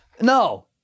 no